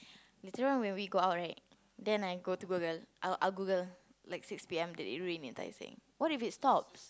later on when we out right then I go to Google I'll I'll Google like six p_m did it rain in Tai-Seng what if it stops